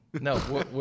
No